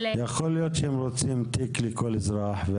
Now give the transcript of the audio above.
יכול להיות שהם רוצים תיק לכל אזרח...